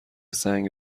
سنگ